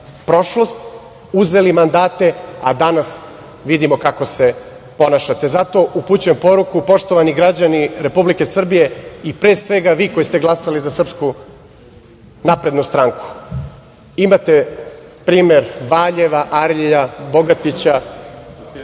prošlost, uzeli mandate, a danas vidimo kako se ponašate. Zato upućujem poruku, poštovani građani Republike Srbije, i pre svega vi koji ste glasali za SNS, imate primer Valjeva, Arilja, Bogatića,